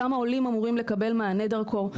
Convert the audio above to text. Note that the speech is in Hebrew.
כמה עולים אמורים לקבל מענה דרכו,